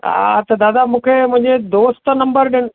हा त दादा मूंखे मुंहिंजे दोस्त नम्बर ॾिन